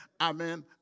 Amen